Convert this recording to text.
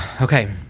Okay